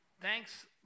thanks